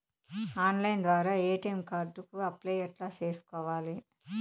Online ద్వారా ATM card కు apply ఎట్లా సేసుకోవాలి?